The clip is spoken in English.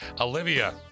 Olivia